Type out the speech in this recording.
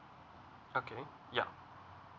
okay yup